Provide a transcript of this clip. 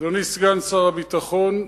אדוני סגן שר הביטחון,